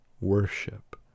Worship